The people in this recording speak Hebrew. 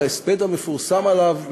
בהספד המפורסם עליו,